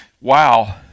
Wow